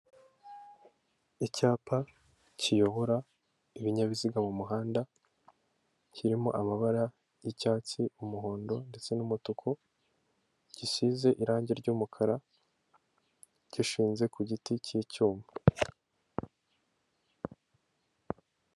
Icyapa kiyobora ibinyabiziga mu muhanda, kirimo amabara y'icyatsi umuhondo ndetse n'umutuku gisize irangi ry'umukara gishinze ku giti cy'icyuma.